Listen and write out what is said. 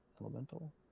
Elemental